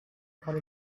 holiday